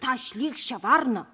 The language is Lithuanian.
tą šlykščią varną